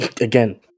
Again